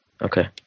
Okay